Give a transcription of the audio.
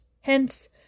Hence